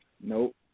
Nope